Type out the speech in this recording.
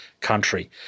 country